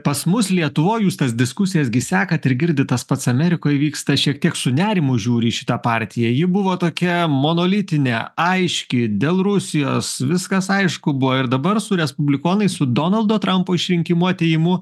pas mus lietuvoj jūs tas diskusijas gi sekat ir girdit tas pats amerikoj vyksta šiek tiek su nerimu žiūri į šitą partiją ji buvo tokia monolitinė aiški dėl rusijos viskas aišku buvo ir dabar su respublikonais su donaldo trampo išrinkimu atėjimu